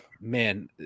man